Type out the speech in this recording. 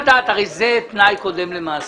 תנאי קודם למעשה.